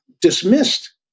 dismissed